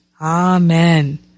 Amen